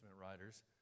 writers